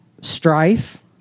Strife